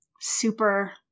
super